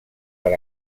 per